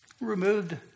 removed